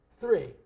three